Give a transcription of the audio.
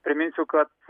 priminsiu kad